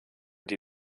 die